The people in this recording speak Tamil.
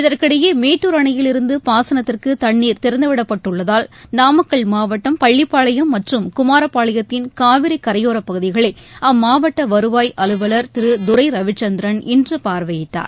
இதற்கிடையே மேட்டூர் அணையில் இருந்து பாசனத்திற்கு தண்ணீர் திறந்துவிடப்பட்டுள்ளதால் நாமக்கல் மாவட்டம் பள்ளிப்பாளையம் மற்றும் குமாரப்பாளையத்தின் காவிரி கரையோரப் பகுதிகளை அம்மாவட்ட வருவாய் அலுவலர் திரு துரை ரவிச்சந்திரன் இன்று பார்வையிட்டார்